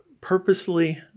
purposely